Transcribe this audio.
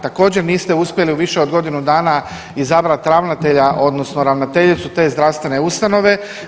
Također niste uspjeli u više od godinu dana izabrati ravnatelja, odnosno ravnateljicu te zdravstvene ustanove.